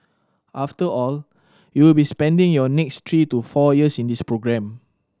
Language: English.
after all you will be spending your next three to four years in this programme